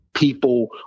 People